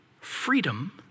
freedom